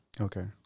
Okay